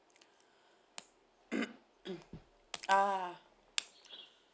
ah